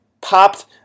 popped